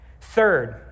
Third